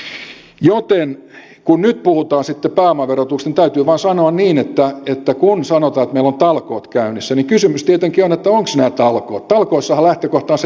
joten kun nyt puhutaan sitten pääomaverotuksesta niin täytyy vain sanoa niin että kun sanotaan että meillä on talkoot käynnissä niin kysymys tietenkin on että ovatko nämä talkoot